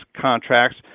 contracts